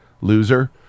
loser